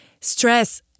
stress